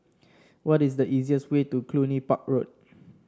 what is the easiest way to Cluny Park Road